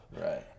Right